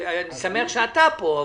אני שמח שאתה כאן.